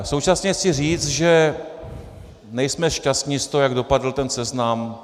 Současně chci říct, že nejsme šťastni z toho, jak dopadl ten seznam.